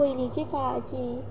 पयलींची काळाची